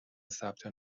ثبت